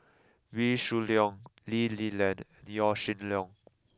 Wee Shoo Leong Lee Li Lian Yaw Shin Leong